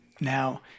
now